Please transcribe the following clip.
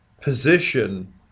position